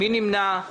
מי נמנע?